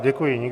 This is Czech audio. Děkuji.